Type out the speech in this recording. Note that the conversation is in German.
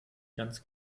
ganz